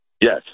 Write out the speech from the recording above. Yes